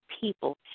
people